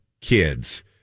kids